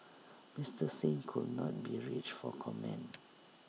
Mister Singh could not be reached for comment